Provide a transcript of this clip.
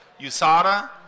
USADA